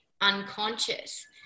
unconscious